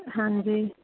ਹਾਂਜੀ